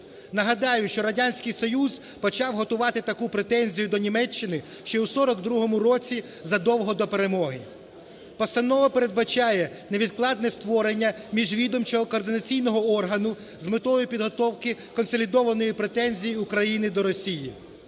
Нагадаю, що Радянський Союз почав готувати таку претензію до Німеччини ще у 1942 році, задовго до перемоги. Постанова передбачає невідкладне створення міжвідомчого координаційного органу з метою підготовки консолідованої претензії України до Росії.